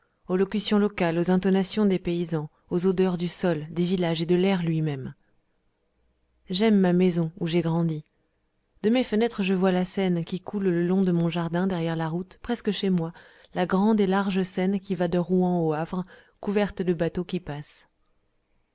aux locutions locales aux intonations des paysans aux odeurs du sol des villages et de l'air lui-même j'aime ma maison où j'ai grandi de mes fenêtres je vois la seine qui coule le long de mon jardin derrière la route presque chez moi la grande et large seine qui va de rouen au havre couverte de bateaux qui passent